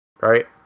Right